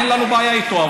אין לנו בעיה איתו,